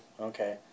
Okay